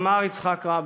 אמר יצחק רבין: